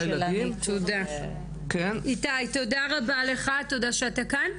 תודה רבה לך, תודה שאתה כאן,